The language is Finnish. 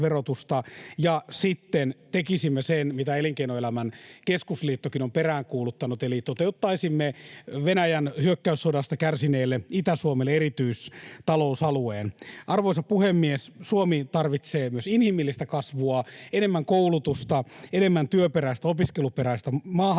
ja sitten tekisimme sen, mitä Elinkeinoelämän keskusliittokin on peräänkuuluttanut, eli toteuttaisimme Venäjän hyökkäyssodasta kärsineelle Itä-Suomelle erityistalousalueen. Arvoisa puhemies! Suomi tarvitsee myös inhimillistä kasvua: enemmän koulutusta, enemmän työperäistä ja opiskeluperäistä maahanmuuttoa.